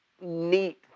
neat